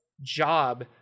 job